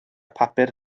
papur